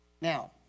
Now